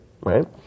right